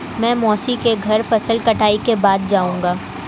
मैं मौसी के घर फसल कटाई के बाद जाऊंगा